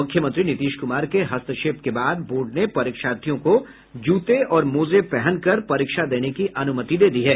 मुख्यमंत्री नीतीश कुमार के हस्तक्षेप के बाद बोर्ड ने परीक्षार्थियों को जूते और मोजे पहनकर परीक्षा देने की अनुमति दे दी है